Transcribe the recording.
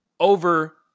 Over